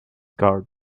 card